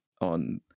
on